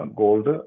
gold